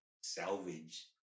salvage